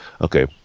okay